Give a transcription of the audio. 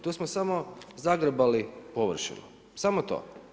Tu smo samo zagrebali površinu, samo to.